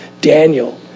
Daniel